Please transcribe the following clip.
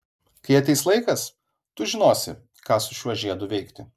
kai ateis laikas tu žinosi ką su šiuo žiedu veikti